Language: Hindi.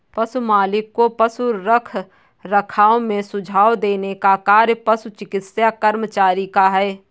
पशु मालिक को पशु रखरखाव में सुझाव देने का कार्य पशु चिकित्सा कर्मचारी का है